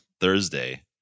Thursday